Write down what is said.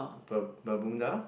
ber~ bermuda